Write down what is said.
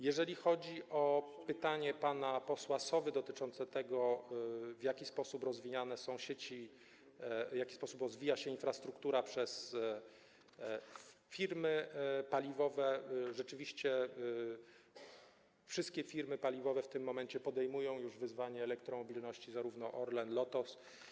Jeżeli chodzi o pytanie pana posła Sowy dotyczące tego, w jaki sposób rozwijane są sieci, w jaki sposób rozwijana jest infrastruktura przez firmy paliwowe, to rzeczywiście wszystkie firmy paliwowe w tym momencie podejmują już wyzwanie elektromobilności, zarówno Orlen, jak i Lotos.